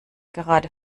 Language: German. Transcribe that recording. gerade